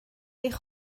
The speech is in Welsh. eich